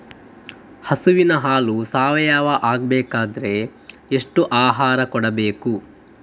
ಹಸುವಿನ ಹಾಲು ಸಾವಯಾವ ಆಗ್ಬೇಕಾದ್ರೆ ಎಂತ ಆಹಾರ ಕೊಡಬೇಕು?